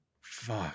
Fuck